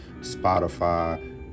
Spotify